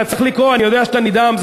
אתה צריך לקרוא, אני יודע שאתה נדהם.